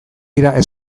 dira